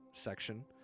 section